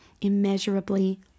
immeasurably